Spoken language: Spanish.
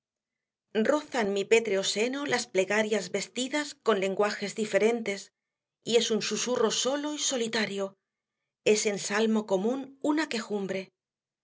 linajes rozan mi pétreo seno las plegarias vestidas con lenguajes diferentes y es un susurro solo y solitario es en salmo común una